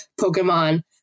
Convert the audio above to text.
Pokemon